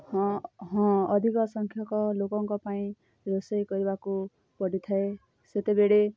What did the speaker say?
ହଁ ହଁ ଅଧିକ ସଂଖ୍ୟକ ଲୋକଙ୍କ ପାଇଁ ରୋଷେଇ କରିବାକୁ ପଡ଼ିଥାଏ ସେତେବେଳେ